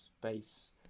space